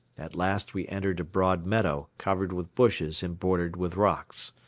at last we entered a broad meadow covered with bushes and bordered with rocks.